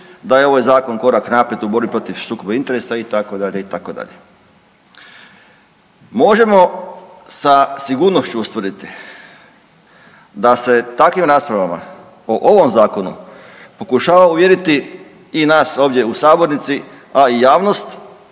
da je ovaj zakon korak naprijed u borbi protiv sukoba interesa itd. itd.. Možemo sa sigurnošću ustvrditi da se takvim raspravama o ovom zakonu pokušava uvjeriti i nas ovdje u sabornici, a i javnost